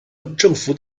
政府